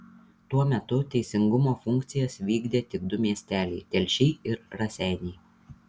tuo metu teisingumo funkcijas vykdė tik du miesteliai telšiai ir raseiniai